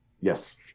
Yes